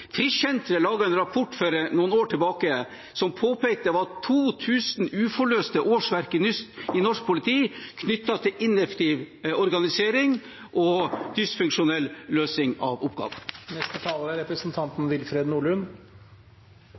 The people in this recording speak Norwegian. en rapport for noen år tilbake som påpekte at det var 2 000 uforløste årsverk i norsk politi, knyttet til ineffektiv organisering og dysfunksjonell løsning av oppgaver. Når noen snakker om en nedsnakking, er